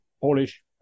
Polish